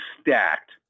stacked